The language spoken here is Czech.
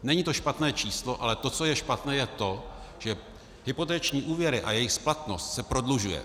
Není to špatné číslo, ale co je špatné, je to, že hypoteční úvěry a jejich splatnost se prodlužuje.